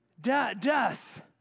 Death